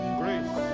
grace